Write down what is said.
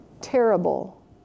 terrible